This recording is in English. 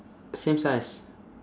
same size